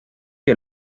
que